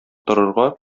торырга